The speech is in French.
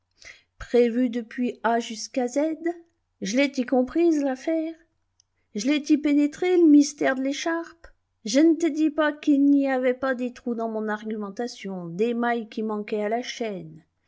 prévu depuis a jusqu'à z je l'ai t'i comprise l'affaire j'lai ti pénétré l'mystère de l'écharpe je n'te dis pas qu'il n'y avait pas des trous dans mon argumentation des mailles qui manquaient à la chaîne